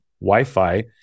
Wi-Fi